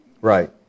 Right